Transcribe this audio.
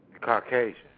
caucasian